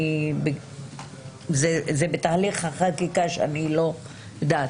וזה תהליך בחקיקה שאני לא יודעת,